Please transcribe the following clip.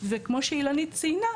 וכמו שאילנית ציינה,